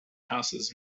houses